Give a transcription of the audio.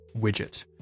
widget